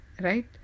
right